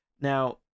Now